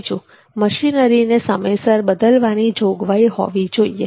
બીજું મશીનરીને સમયસર બદલવાની જોગવાઈ હોવી જોઈએ